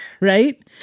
right